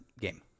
game